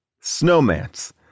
Snowman's